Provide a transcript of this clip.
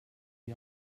die